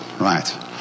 right